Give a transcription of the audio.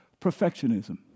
perfectionism